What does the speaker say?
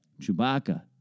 Chewbacca